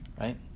right